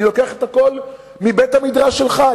אני לוקח את הכול מבית-המדרש שלך,